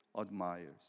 admires